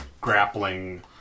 grappling